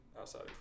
outside